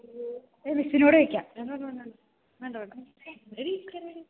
whistle കൂടി വെക്കാം വേണ്ട വേണ്ട വേണ്ട വേണ്ട വേണ്ട വേണ്ട എടി എനിക്കറിയാടി